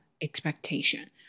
expectation